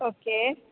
okay